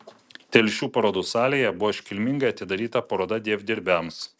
telšių parodų salėje buvo iškilmingai atidaryta paroda dievdirbiams